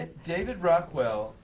and david rockwell,